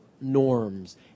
norms